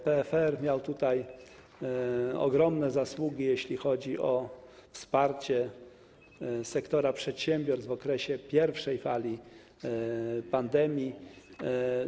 PFR miał tutaj ogromne zasługi, jeśli chodzi o wsparcie sektora przedsiębiorstw w okresie pierwszej fali pandemii.